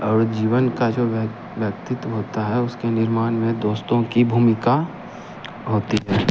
और जीवन का जो है व्यक व्यक्तित्व होता है उसके निर्माण में दोस्तों की भूमिका होती है